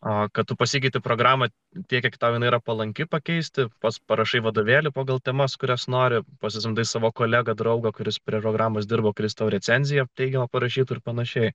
o kad tu pasikeitei programą tiek kiek tau yra palanki pakeisti pats paruošė vadovėlį pagal temas kurias nori pasisamdai savo kolegą draugą kuris prie programos dirbo kristau recenzija tai jo parašytų ir pan